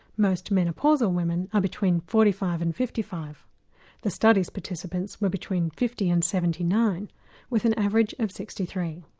most menopausal women are between forty five and fifty five the study's participants were between fifty and seventy nine with an average of sixty three.